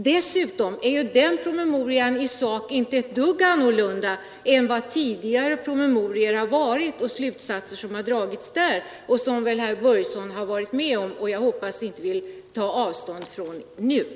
Dessutom skiljer sig ju den promemorian i sak inte ett dyft från tidigare promemorior och de slutsatser som har dragits i dessa, och herr Börjesson har väl deltagit vid behandlingen av dem. Jag hoppas att han nu inte vill ta avstånd från dem.